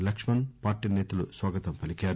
లక్షణ్ party సేతలు స్వాగతం పలికారు